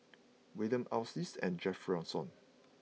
Wiliam Alys and Jefferson